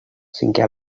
cinqué